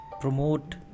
promote